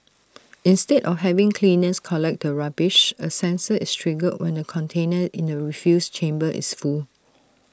instead of having cleaners collect the rubbish A sensor is triggered when the container in the refuse chamber is full